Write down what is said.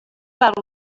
val